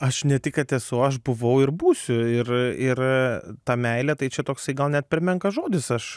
aš ne tik kad esu aš buvau ir būsiu ir ir ta meilė tai čia toksai gal net per menkas žodis aš